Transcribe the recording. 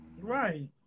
Right